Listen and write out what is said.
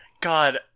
God